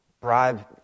bribe